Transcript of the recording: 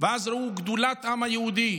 ואז ראו את גדולת העם היהודי,